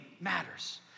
matters